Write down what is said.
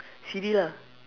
C_D ah